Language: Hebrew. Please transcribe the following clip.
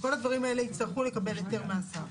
וכל הדברים האלה יצטרכו לקבל היתר מהשר,